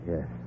Yes